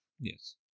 yes